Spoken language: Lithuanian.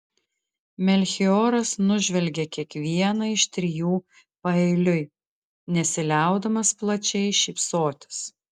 melchioras nužvelgė kiekvieną iš trijų paeiliui nesiliaudamas plačiai šypsotis